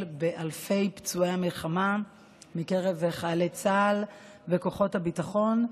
באלפי פצועי המלחמה מקרב חיילי צה"ל וכוחות הביטחון,